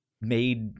made